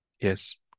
Yes